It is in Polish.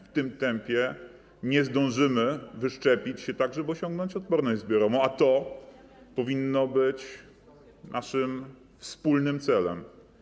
W tym tempie nie zdążymy wyszczepić się tak, żeby osiągnąć odporność zbiorową, a to powinno być naszym wspólnym celem.